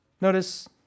notice